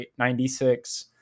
96